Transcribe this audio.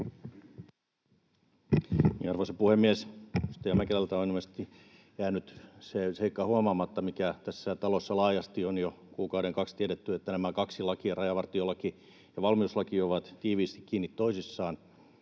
Arvoisa puhemies! Edustaja Mäkelältä on ilmeisesti jäänyt huomaamatta se seikka, mikä tässä talossa laajasti on jo kuukauden, kaksi tiedetty, että nämä kaksi lakia, rajavartiolaki ja valmiuslaki, ovat tiiviisti kiinni toisissaan.